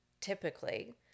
typically